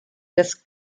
des